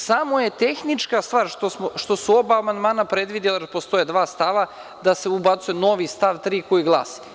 Samo je tehnička stvar što su oba amandman predvidela, jer postoje dva stava, da se ubacuje novi stav 3. koji glasi.